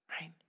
Right